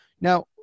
now